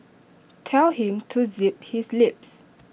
tell him to zip his lip